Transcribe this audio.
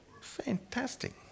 Fantastic